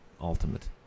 ultimate